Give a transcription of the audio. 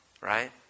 right